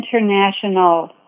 international